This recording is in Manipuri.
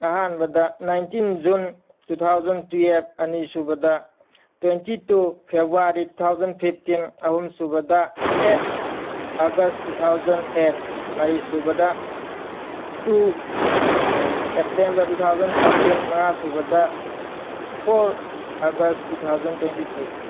ꯑꯍꯥꯟꯕꯗ nineteen June two thousand twelve ꯑꯅꯤꯁꯨꯕꯗ twenty two February two thousand fifteen ꯑꯍꯨꯝꯁꯨꯕꯗ eight August two thousand eight ꯃꯔꯤ ꯁꯨꯕꯗ two September two thousand thirteen ꯃꯉꯥ ꯁꯨꯕꯗ four August two thousand twenty three